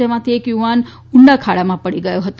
જેમાંથી એક યુવાન ઉંડા ખાડામાં પડી ગયો હતો